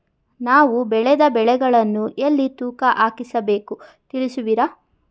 ನಾವು ಬೆಳೆದ ಬೆಳೆಗಳನ್ನು ಎಲ್ಲಿ ತೂಕ ಹಾಕಿಸ ಬೇಕು ತಿಳಿಸುವಿರಾ?